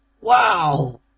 Wow